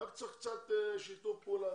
רק צריך קצת שיתוף פעולה,